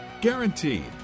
Guaranteed